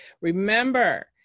Remember